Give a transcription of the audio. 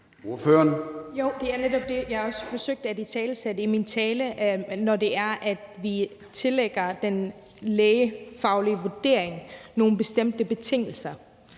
det var netop det, jeg også forsøgte at italesætte i min tale, nemlig at vi pålægger den lægefaglige vurdering at opfylde nogle bestemte betingelser.